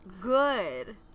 good